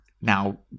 Now